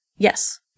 Yes